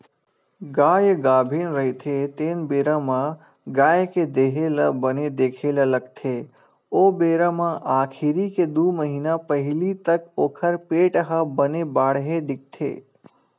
गाय गाभिन रहिथे तेन बेरा म गाय के देहे ल बने देखे ल लागथे ओ बेरा म आखिरी के दू महिना पहिली तक ओखर पेट ह बने बाड़हे दिखथे